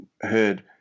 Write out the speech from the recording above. heard